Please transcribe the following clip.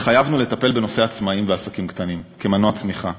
התחייבנו לטפל בנושא העצמאים והעסקים הקטנים כמנוע צמיחה,